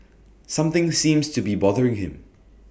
something seems to be bothering him